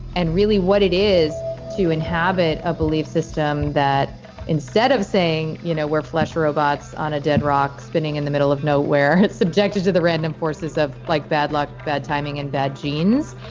and really what it is to inhabit a belief system that instead of saying you know we're flesh robots on a dead rock spinning in the middle of nowhere, subjected to the random forces of like bad luck, bad timing and bad genes.